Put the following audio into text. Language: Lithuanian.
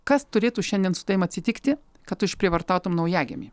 kas turėtų šiandien su tavim atsitikti kad tu išprievartautum naujagimį